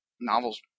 novels